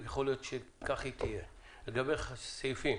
לגבי סעיפים